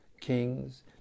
kings